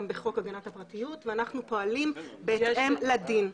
בחוק הגנת הפרטיות ואנחנו פועלים בהתאם לדין.